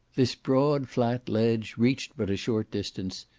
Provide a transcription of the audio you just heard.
this broad flat ledge reached but a short distance,